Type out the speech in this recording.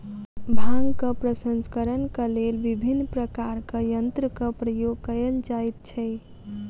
भांगक प्रसंस्करणक लेल विभिन्न प्रकारक यंत्रक प्रयोग कयल जाइत छै